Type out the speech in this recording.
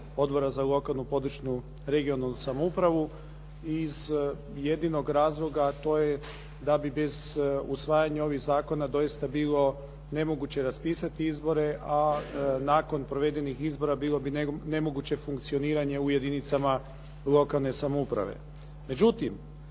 Odbora za lokalnu područnu regionalnu samoupravu iz jedinog razloga a to je da bi bez usvajanja ovih zakona doista bilo nemoguće raspisati izbore a nakon provedenih izbora bilo bi nemoguće funkcioniranje u jedinicama lokalne samouprave.